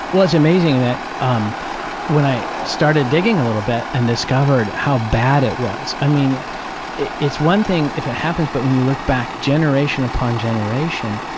well it's amazing that um when i started digging a little bit and discovered how bad it was, i mean it's one thing if it happens but when you look back generation upon generation,